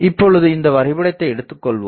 இப்பொழுது இந்த வரைபடத்தை எடுத்துக்கொள்வோம்